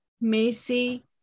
Macy